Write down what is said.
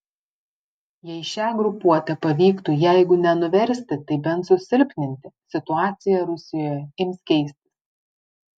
jei šią grupuotę pavyktų jeigu ne nuversti tai bent susilpninti situacija rusijoje ims keistis